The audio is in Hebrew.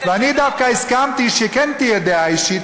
ואני דווקא הסכמתי שכן תהיה דעה אישית,